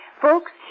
Folks